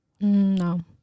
No